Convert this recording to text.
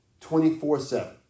24-7